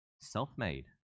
Self-made